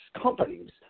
companies